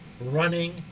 running